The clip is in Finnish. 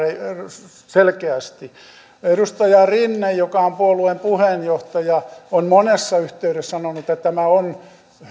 selkeästi edustaja rinne joka on puolueen puheenjohtaja on monessa yhteydessä sanonut että tämä on